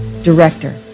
Director